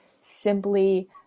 simply